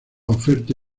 oferta